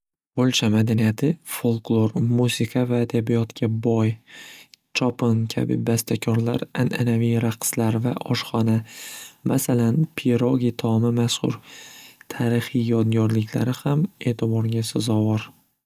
Polsha madaniyati folklor musiqa va adabiyotga boy chopin kabi bastakorlar an'anaviy raqslar va oshxona masalan pirogi taomi mashxur tarixiy yodgorliklari ham e'tiborga sazovor.